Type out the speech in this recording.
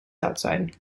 outside